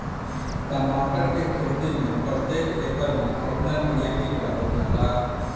टमाटर के खेती मे प्रतेक एकड़ में केतना डी.ए.पी डालल जाला?